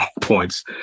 points